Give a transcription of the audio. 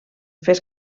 fes